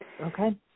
Okay